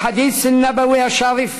בחדית' אל-נבאוי א-שריף